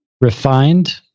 refined